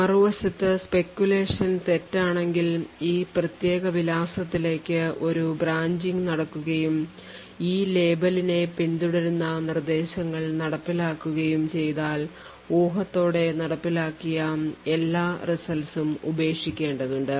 മറുവശത്ത് speculation തെറ്റാണെങ്കിൽ ഈ പ്രത്യേക വിലാസത്തിലേക്ക് ഒരു branching നടക്കുകയും ഈ ലേബലിനെ പിന്തുടരുന്ന നിർദ്ദേശങ്ങൾ നടപ്പിലാക്കുകയും ചെയ്താൽ ഊഹത്തോടെ നടപ്പിലാക്കിയ എല്ലാ results ഉം ഉപേക്ഷിക്കേണ്ടതുണ്ട്